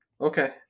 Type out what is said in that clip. Okay